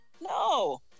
no